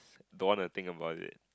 don't wanna think about it